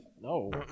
No